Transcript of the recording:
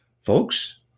Folks